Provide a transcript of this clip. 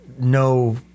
no